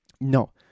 No